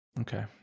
Okay